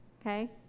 okay